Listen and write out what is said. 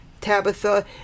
Tabitha